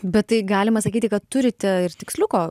bet tai galima sakyti kad turite ir tiksliuko